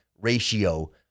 ratio